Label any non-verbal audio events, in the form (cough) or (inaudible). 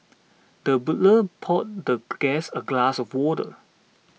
the butler poured the (noise) guest a glass of water